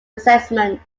assessments